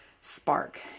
spark